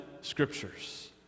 scriptures